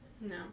No